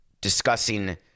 discussing